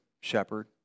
shepherd